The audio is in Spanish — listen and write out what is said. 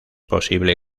posible